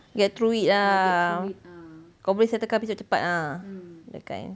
get through it ah kau boleh settle kan tapi cepat-cepat ah